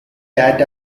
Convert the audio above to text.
data